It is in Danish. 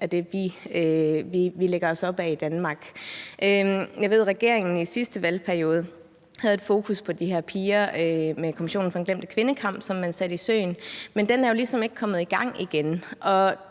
af det, vi lægger os op ad i Danmark. Jeg ved, at regeringen i sidste valgperiode havde et fokus på de her piger med Kommissionen for den glemte kvindekamp, som man satte i søen, men den er jo ligesom ikke kommet i gang igen.